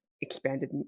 expanded